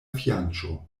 fianĉo